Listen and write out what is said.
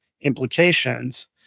implications